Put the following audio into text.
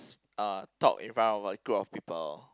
s~ uh talk in front of a group of people